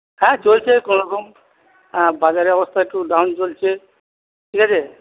হ্যাঁ চলছে কোনোরকম হ্যাঁ বাজারের অবস্থা একটু ডাউন চলছে ঠিক আছে